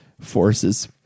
forces